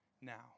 now